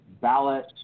ballot